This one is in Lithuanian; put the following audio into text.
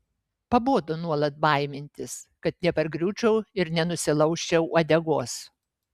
pabodo nuolat baimintis kad nepargriūčiau ir nenusilaužčiau uodegos